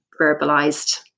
verbalized